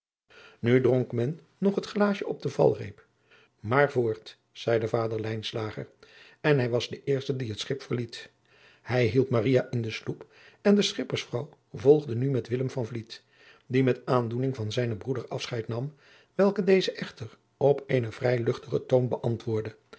men nog het glaasje op den valreep nu voort maar voort zeide vader lijnslager en hij was de eerste die het schip verliet hij hielp maria in de sloep en de schippers vrouw volgde nu met willem van vliet die met aandoening van zijnen broeder afscheid nam welke deze echter op eenen vrij luchtigen toon beantwoordde